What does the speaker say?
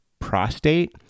prostate